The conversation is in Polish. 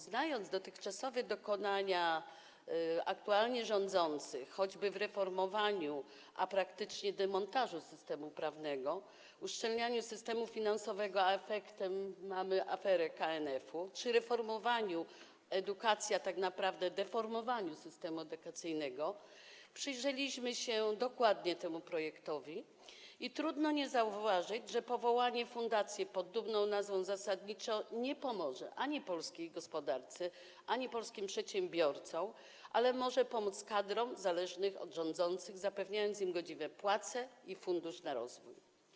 Znając dotychczasowe dokonania aktualnie rządzących, choćby w zakresie reformowania, a praktycznie - demontażu systemu prawnego, w zakresie uszczelniania systemu finansowego, w efekcie czego mamy aferę KNF, czy w zakresie reformowania edukacji, a tak naprawdę - deformowania systemu edukacyjnego, przyjrzeliśmy się dokładnie temu projektowi i trudno nie zauważyć, że powołanie fundacji pod dumną nazwą zasadniczo nie pomoże ani polskiej gospodarce, ani polskim przedsiębiorcom, ale może pomóc kadrom zależnym od rządzących, zapewniając im godziwe płace i fundusz na rozwój.